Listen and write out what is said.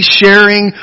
sharing